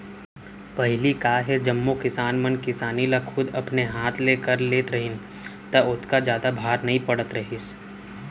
पहिली का हे जम्मो किसान मन किसानी ल खुद अपने हाथ ले कर लेत रहिन त ओतका जादा भार नइ पड़त रहिस